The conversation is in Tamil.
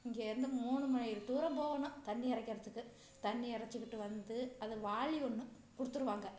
இங்கேருந்து மூணு மயில் தூரம் போவணும் தண்ணி இறைக்கறதுக்கு தண்ணி எறச்சிக்கிட்டு வந்து அது வாளி ஒன்று கொடுத்துருவாங்க